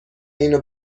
اینو